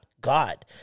God